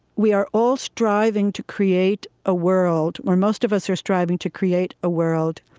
we are all striving to create a world, or most of us are striving to create a world,